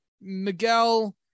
Miguel